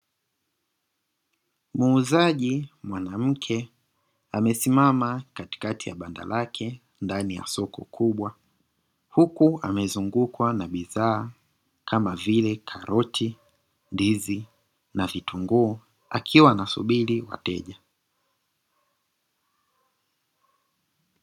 Muuzaji mwanamke amesimama katikati ya banda lake ndani ya soko kubwa huku amezungukwa na bidhaa kama vile karoti, ndizi na vitunguu akiwa anasubiri wateja.